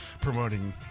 promoting